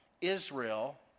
Israel